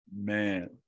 Man